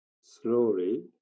Slowly